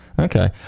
Okay